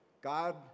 God